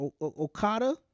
Okada